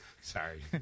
sorry